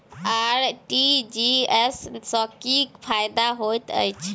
RTGS सँ की फायदा होइत अछि?